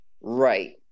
Right